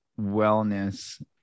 wellness